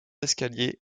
escalier